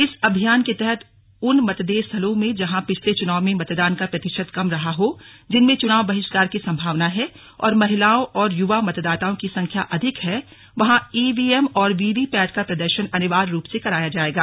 इस अभियान के तहत उन मतदेय स्थलों में जहां पिछले चुनाव में मतदान का प्रतिशत कम रहा हो जिनमें चुनाव बहिष्कार की संभावना है और महिलाओं और युवा मतदाताओं की संख्या अधिक है वहां ईवीएम और वीवीपैट का प्रदर्शन अनिवार्य रूप से कराया जायेगा